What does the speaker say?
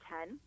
Ten